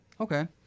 Okay